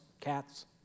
cats